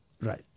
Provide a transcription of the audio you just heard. Right